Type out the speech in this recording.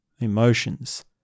emotions